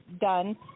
done